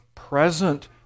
present